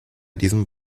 diesem